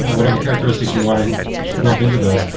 whatever characteristics you want to lump into those.